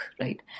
right